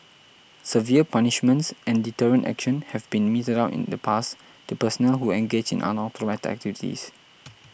severe punishments and deterrent action have been meted out in the past to personnel who engaged in unauthorised activities